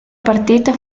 partita